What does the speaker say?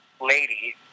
lady